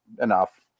enough